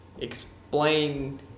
explain